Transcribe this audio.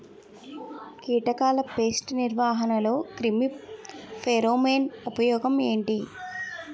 కీటకాల పేస్ట్ నిర్వహణలో క్రిమి ఫెరోమోన్ ఉపయోగం